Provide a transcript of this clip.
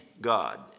God